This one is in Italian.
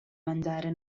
mangiare